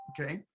okay